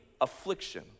affliction